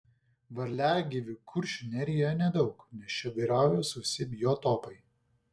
varliagyvių kuršių nerijoje nedaug nes čia vyrauja sausi biotopai